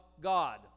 God